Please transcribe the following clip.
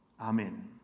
Amen